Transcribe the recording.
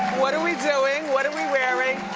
what are we doing, what are we wearing?